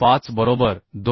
5 ते 202